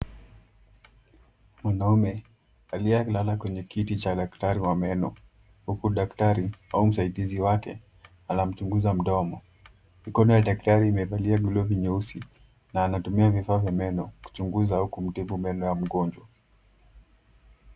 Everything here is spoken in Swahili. Mwanaume, aliyelala kwenye kiti cha daktari wa meno, huku daktari au msaidizi wake anamchunguza mdomo. Mikono ya daktari imevalia glovu nyeusi, na anatumia vifaa vya meno, kuchunguza au kumtibu meno ya mgonjwa.